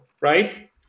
right